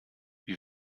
wie